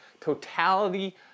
totality